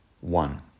One